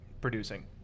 producing